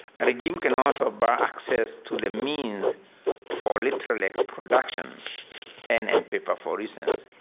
a regime can also bar access to the means for literary production pen and paper for instance.